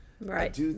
Right